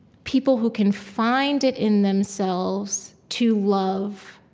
people who can find it in themselves to love,